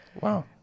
wow